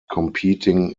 competing